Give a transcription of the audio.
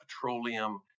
petroleum